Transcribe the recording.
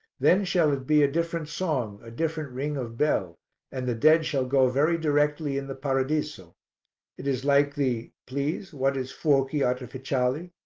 then shall it be a different song, a different ring of bell and the dead shall go very directly in the paradiso it is like the please, what is fuochi artificiali?